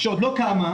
שעוד לא קמה,